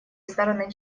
стороны